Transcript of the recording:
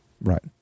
Right